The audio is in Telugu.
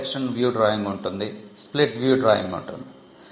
క్రాస్ సెక్షన్ వ్యూ డ్రాయింగ్ ఉంటుంది స్ప్లిట్ వ్యూ డ్రాయింగ్ ఉంటుంది